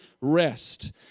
rest